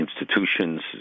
institutions